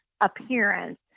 appearance